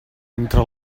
entre